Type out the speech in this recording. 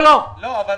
מה עכשיו?